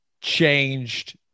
changed